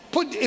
Put